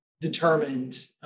determined